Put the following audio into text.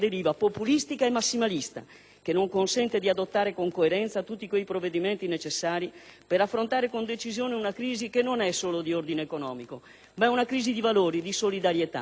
che non consente di adottare con coerenza tutti quei provvedimenti necessari per affrontare con decisione una crisi che non è solo di ordine economico, ma è una crisi di valori, di solidarietà, di appartenenza ad un destino comune.